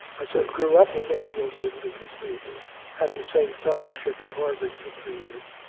i sort of grew up with ed wilson because we had the same fellowship at harvard for three years.